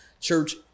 church